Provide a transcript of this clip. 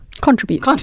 contribute